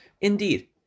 Indeed